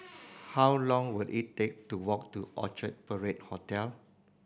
how long will it take to walk to Orchard Parade Hotel